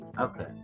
Okay